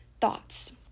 thoughts